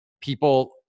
people